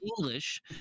English